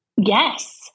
Yes